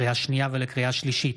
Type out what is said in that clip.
לקריאה שנייה ולקריאה שלישית: